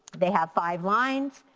they have five lines.